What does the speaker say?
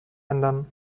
ändern